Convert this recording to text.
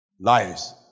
liars